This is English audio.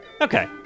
Okay